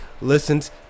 listens